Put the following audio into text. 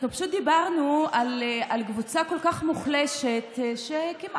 אנחנו פשוט דיברנו על קבוצה כל כך מוחלשת, שחלק